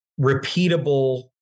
repeatable